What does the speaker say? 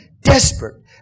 Desperate